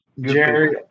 Jerry